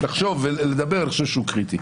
אני חושב שזה קריטי.